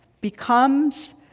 becomes